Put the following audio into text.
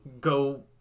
Go